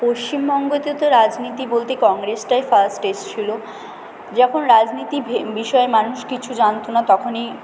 পশ্চিমবঙ্গতে তো রাজনীতি বলতে কংগ্রেসটাই ফার্স্ট এসেছিল যখন রাজনীতি বিষয়ে মানুষ কিছু জানত না তখনই